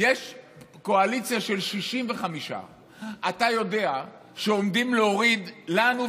וקואליציה של 65. אתה יודע שעומדים להוריד לנו,